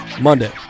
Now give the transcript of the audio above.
Monday